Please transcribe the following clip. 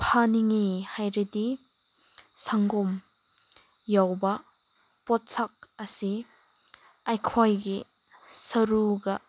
ꯐꯅꯤꯡꯉꯤ ꯍꯥꯏꯔꯗꯤ ꯁꯪꯒꯣꯝ ꯌꯥꯎꯕ ꯄꯣꯠꯁꯛ ꯑꯁꯤ ꯑꯩꯈꯣꯏꯒꯤ ꯁꯔꯨꯒ